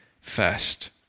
first